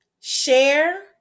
Share